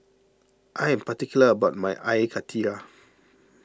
I am particular about my Air Karthira